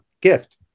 gift